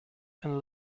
and